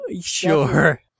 Sure